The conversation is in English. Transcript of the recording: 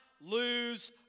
lose